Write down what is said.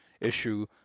issue